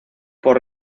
por